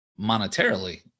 monetarily